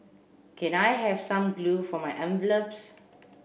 can I have some glue for my envelopes